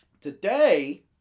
Today